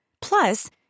Plus